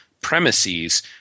premises